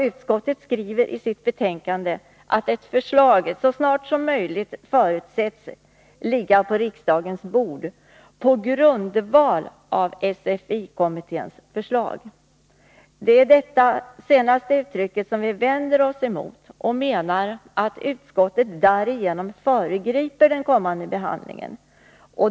Utskottet skriver i sitt betänkande att ett förslag så snart som möjligt förutsätts ligga på riksdagens bord på grundval av SFI-kommitténs förslag. Det är detta uttryckssätt som vi vänder oss emot. Vi menar att utskottet därigenom föregriper den kommande behandlingen.